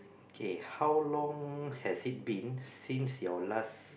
K how long has it been since your last